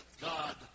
God